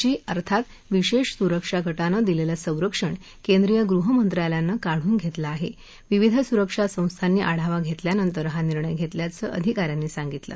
जी अर्थात विशा सुरक्षा गटानं दिलव्वीसंरक्षण केंद्रीय गृहमंत्रालयानं कादून घस्तिं आहा विविध सुरक्षा संस्थांनी आढावा घस्तियानंतर हा निर्णय घस्तियाचं अधिका यांनी सांगितलं